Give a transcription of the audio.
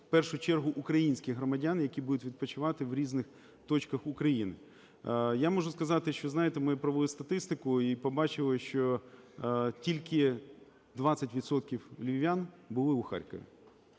в першу чергу українських громадян, які будуть відпочивати в різних точках України. Я можу сказати, що, знаєте, ми провели статистику і побачили, що тільки 20 відсотків львів'ян були у Харкові.